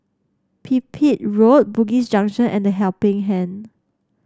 Pipit Road Bugis Junction and The Helping Hand